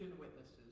witnesses